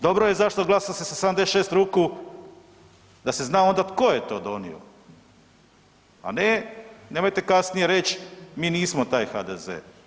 Dobro je zašto glasa se sa 76 ruku da se zna onda tko je to donio, a ne, nemojte kasnije reć mi nismo taj HDZ.